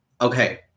Okay